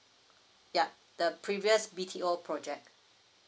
yeah the previous B_T_O project